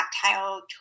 tactile